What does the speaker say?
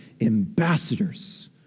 ambassadors